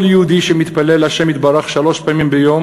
כל יהודי שמתפלל לה' יתברך שלוש פעמים ביום